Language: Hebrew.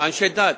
אנשי דת.